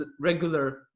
regular